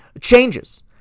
changes